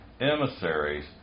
emissaries